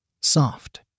Soft